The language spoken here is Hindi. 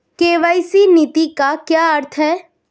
के.वाई.सी नीति का क्या अर्थ है?